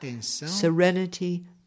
serenity